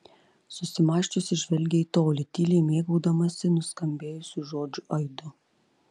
susimąsčiusi žvelgė į tolį tyliai mėgaudamasi nuskambėjusių žodžių aidu